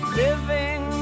living